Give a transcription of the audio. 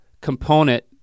component